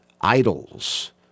idols